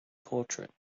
portrait